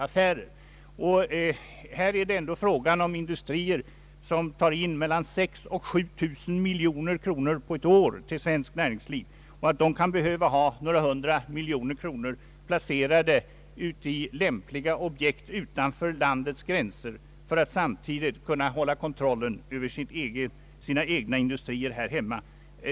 Här är det ändå fråga om industrier som tar in mellan sex och sju miljarder kronor på ett år till svenskt näringsliv. De kan behöva ha några hundra miljoner kronor place rade i lämpliga objekt utanför landets gränser för att samtidigt kunna hålla kontrollen över sina egna industrier här hemma.